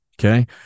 Okay